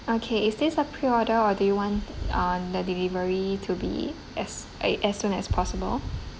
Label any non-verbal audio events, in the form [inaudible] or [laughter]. okay is this a pre-order or do you want uh the delivery to be [noise] as soon as possible